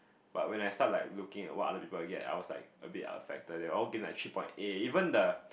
but when I start like looking at what other people are get I was like a bit affected they were all getting like three point eight even the